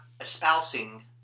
espousing